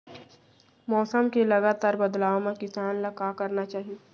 मौसम के लगातार बदलाव मा किसान ला का करना चाही?